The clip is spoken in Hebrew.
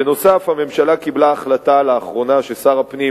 בנוסף, הממשלה קיבלה החלטה לאחרונה ששר הפנים